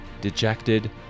Dejected